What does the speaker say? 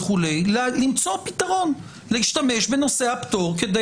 למצוא פתרון להשתמש בנושא הפטור כדי